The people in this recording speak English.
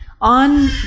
On